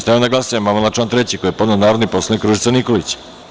Stavljam na glasanje amandman na član 3. koji je podneo narodni poslanik Ružica Nikolić.